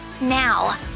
Now